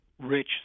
rich